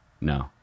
no